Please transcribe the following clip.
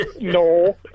no